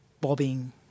bobbing